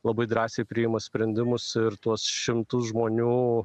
labai drąsiai priima sprendimus ir tuos šimtus žmonių